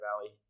Valley